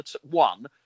one